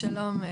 שלום.